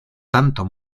tanto